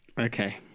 Okay